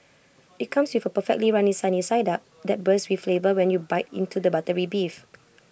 IT comes with A perfectly runny sunny side up that bursts with flavour when you bite into the buttery beef